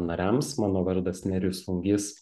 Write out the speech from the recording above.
nariams mano vardas nerijus lungys